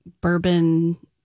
bourbon